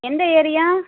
எந்த ஏரியா